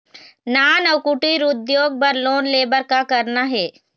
नान अउ कुटीर उद्योग बर लोन ले बर का करना हे?